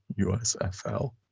USFL